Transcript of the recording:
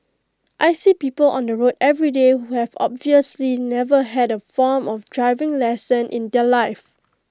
I see people on the road everyday who have obviously never had A formal of driving lesson in their life